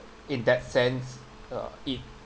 in that sense uh it